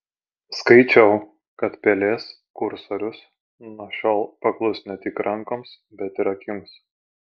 skaičiau kad pelės kursorius nuo šiol paklus ne tik rankoms bet ir akims